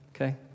okay